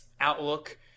outlook